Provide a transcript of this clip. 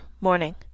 Morning